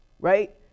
right